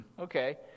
Okay